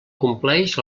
compleix